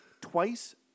twice-